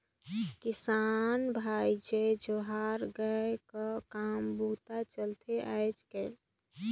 किसान भाई जय जोहार गा, का का काम बूता चलथे आयज़ कायल?